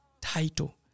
title